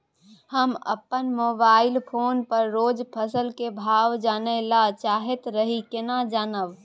हम अपन mobile phone पर रोज फसल के भाव जानय ल चाहैत रही केना जानब?